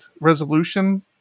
resolution